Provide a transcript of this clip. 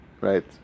right